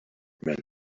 man